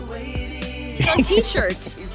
t-shirts